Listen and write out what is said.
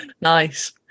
Nice